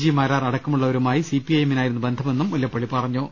G Marar അടക്കമുള്ളവരു മായി C P I എമ്മിനായിരുന്നു ബന്ധമെന്നും മുല്ലപ്പള്ളി പറഞ്ഞു